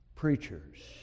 Preachers